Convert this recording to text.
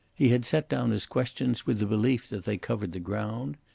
he had set down his questions with the belief that they covered the ground.